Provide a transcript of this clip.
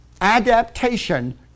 adaptation